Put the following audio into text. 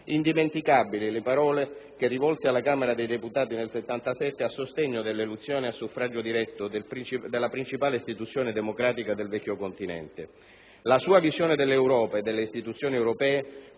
Indimenticabili le parole che rivolse alla Camera dei deputati nel 1977 a sostegno dell'elezione a suffragio diretto della principale istituzione democratica del vecchio continente. La sua visione dell'Europa e delle istituzioni europee